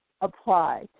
apply